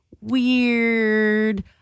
Weird